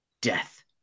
Death